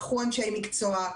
קחו אנשי מקצוע,